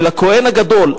ולכוהן הגדול,